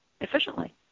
efficiently